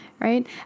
right